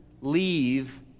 leave